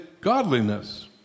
godliness